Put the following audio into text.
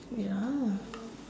wait ah